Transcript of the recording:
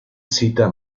cita